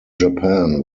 japan